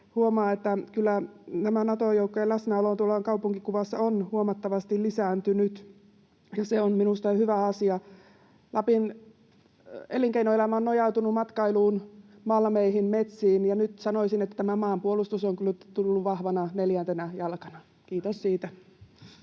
Huomaa, että kyllä Nato-joukkojen läsnäolo tuolla kaupunkikuvassa on huomattavasti lisääntynyt, ja se on minusta hyvä asia. Lapin elinkeinoelämä on nojautunut matkailuun, malmeihin, metsiin, ja nyt sanoisin, että tämä maanpuolustus on tullut vahvana neljäntenä jalkana. Kiitos siitä.